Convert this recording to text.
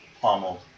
pummeled